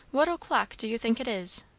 what o'clock do you think it is?